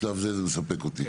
בשלב זה, זה מספק אותי.